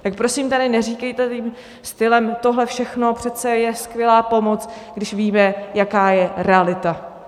Tak prosím tady neříkejte tím stylem, tohle všechno přece je skvělá pomoc, když víme, jaká je realita!